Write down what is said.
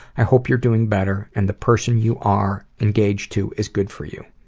i hope you're doing better, and the person you are engaged to is good for you.